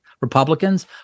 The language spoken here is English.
republicans